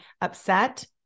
upset